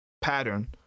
pattern